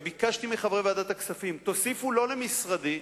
וביקשתי מחברי ועדת הכספים: תוסיפו לא למשרדי,